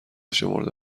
شمرده